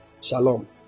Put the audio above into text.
Shalom